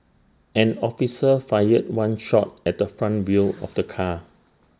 an officer fired one shot at the front wheel of the car